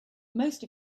most